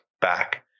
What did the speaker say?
back